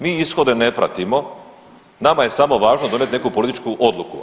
Mi ishode ne pratimo, nama je samo važno donijeti neku političku odluku.